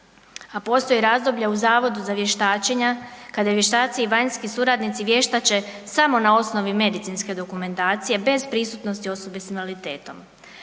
a postoje razdoblja u zavodu za vještačenja kad vještaci i vanjski suradnici vještače samo na osnovi medicinske dokumentacije bez prisutnosti osobe sa invaliditetom.